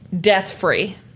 death-free